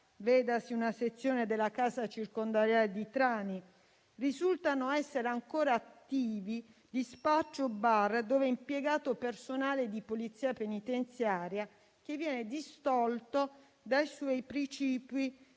esempio una sezione della casa circondariale di Trani, e che risultano essere ancora attivi spacci o bar dove è impiegato personale di polizia penitenziaria, distolto dai suoi precipui